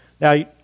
Now